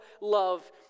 love